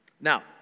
Now